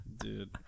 Dude